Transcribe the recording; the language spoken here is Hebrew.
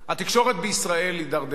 התקשורת בישראל הידרדרה.